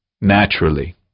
Naturally